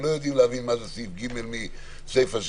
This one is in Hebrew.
הם לא יודעים מה זה סעיף ג' מסיפא של